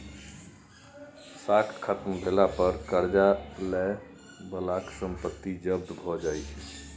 साख खत्म भेला पर करजा लए बलाक संपत्ति जब्त भए जाइ छै